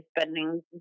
spending